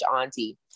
Auntie